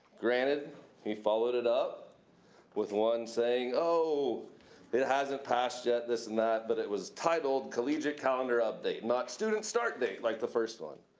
granted he followed it up with one saying, oh it hasn't passed yet. this and that, but it was titled collegiate calendar update. not student start date like the first one.